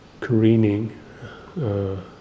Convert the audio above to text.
careening